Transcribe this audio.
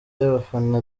y’abafana